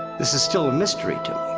this is still a mystery to